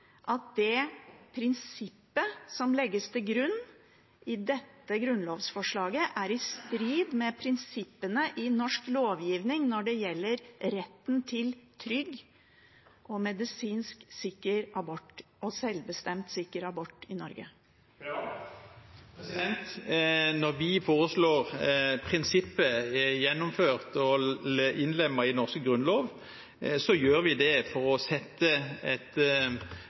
at prinsippet som legges til grunn i dette grunnlovsforslaget, er i strid med prinsippene i norsk lovgivning når det gjelder retten til trygg og selvbestemt medisinsk sikker abort i Norge? Når vi foreslår at prinsippet skal gjennomføres og innlemmes i den norske grunnloven, gjør vi det for å sette et